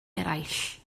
eraill